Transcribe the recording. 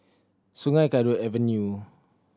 Sungei Kadut Avenue